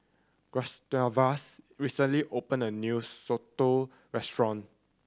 Gustavus recently opened a new soto restaurant